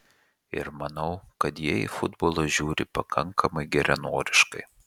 ir manau kad jie į futbolą žiūri pakankamai geranoriškai